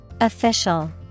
Official